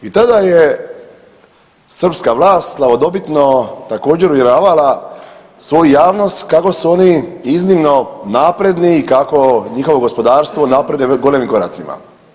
I tada je srpska vlast slavodobitno također uvjeravala svoju javnost kako su oni iznimno napredni i kako njihovo gospodarstvo napreduje golemim koracima.